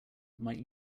might